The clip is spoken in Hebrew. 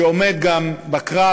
שעומד גם בקרב,